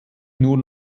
nur